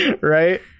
Right